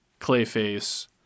Clayface